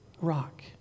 rock